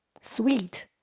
Sweet